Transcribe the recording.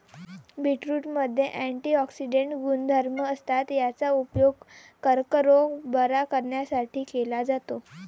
बीटरूटमध्ये अँटिऑक्सिडेंट गुणधर्म असतात, याचा उपयोग कर्करोग बरा करण्यासाठी केला जातो